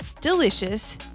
delicious